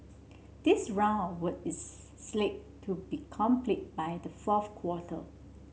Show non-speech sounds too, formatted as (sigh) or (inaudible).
this round of (unintelligible) is slate to be complete by the fourth quarter